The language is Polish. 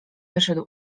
wyszedł